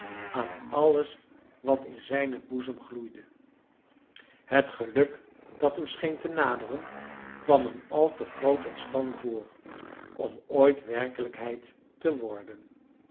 aan alles wat in zijnen boezem gloeide het geluk dat hem scheen te naderen kwam hem al te groot en schoon voor om ooit werkelijkheid te worden